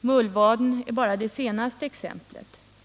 Mullvaden är bara det senaste exemplet.